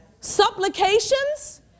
supplications